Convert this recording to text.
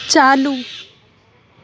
چالو